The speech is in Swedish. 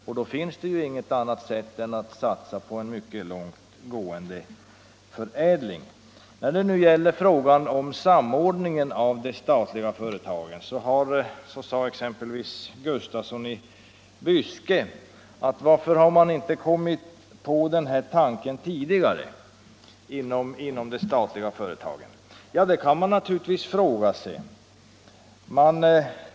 Och då finns det inget annat sätt än att satsa på en mycket långt gående förädling. Beträffande samordningen av de statliga företagen frågade herr Gustafsson i Byske varför man inte har kommit på denna tanke tidigare inom de statliga företagen. Ja, det kan man naturligtvis fråga.